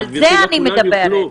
על זה אני מדברת.